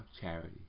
Charity